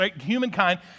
humankind